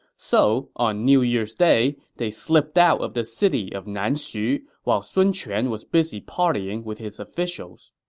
so on new year's day, they slipped out of the city of nanxu while sun quan was busy partying with his officials.